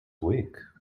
week